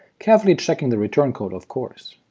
carefully checking the return code, of course,